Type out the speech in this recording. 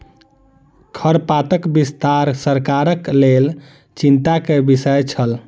खरपातक विस्तार सरकारक लेल चिंता के विषय छल